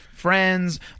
Friends